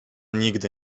nigdy